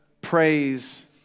praise